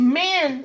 men